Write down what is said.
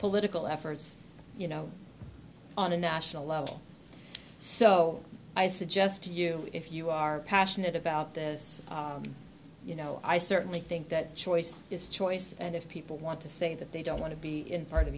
political efforts you know on a national level so i suggest to you if you are passionate about this you know i certainly think that choice is choice and if people want to say that they don't want to be in part of